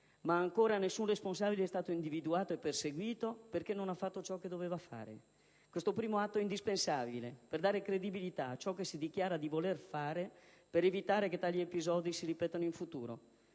ma ancora nessun responsabile è stato individuato e perseguito perché non ha fatto ciò che doveva fare. Questo primo atto è indispensabile per dare credibilità a ciò che si dichiara di voler fare per evitare che tali episodi si ripetano in futuro.